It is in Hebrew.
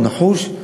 הוא נחוש,